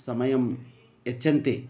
समयं यच्छन्ति